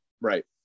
Right